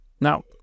Now